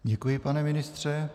Děkuji, pane ministře.